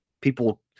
people